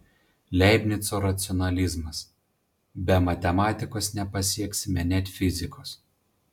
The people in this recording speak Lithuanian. leibnico racionalizmas be matematikos nepasieksime net fizikos